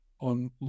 on